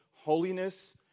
holiness